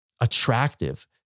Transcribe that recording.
attractive